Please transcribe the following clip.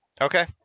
Okay